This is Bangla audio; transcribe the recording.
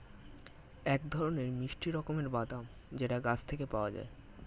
এক ধরনের মিষ্টি রকমের বাদাম যেটা গাছ থেকে পাওয়া যায়